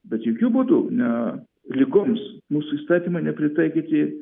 bet jokiu būdu ne ligoms mūsų įstatymai nepritaikyti